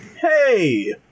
hey